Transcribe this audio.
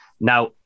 now